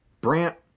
Brant